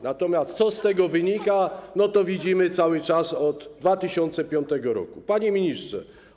Natomiast co z tego wynika, to widzimy cały czas od 2005 r. Panie Ministrze!